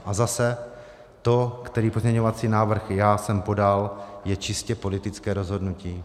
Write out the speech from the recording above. A zase to, který pozměňovací návrh jsem podal, je čistě politické rozhodnutí.